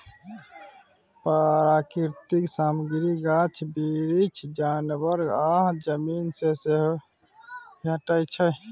प्राकृतिक सामग्री गाछ बिरीछ, जानबर आ जमीन सँ भेटै छै